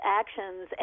actions